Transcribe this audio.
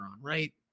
right